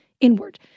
inward